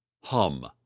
Hum